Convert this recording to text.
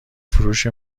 فروش